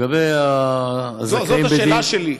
זאת השאלה שלי.